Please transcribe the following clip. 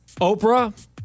Oprah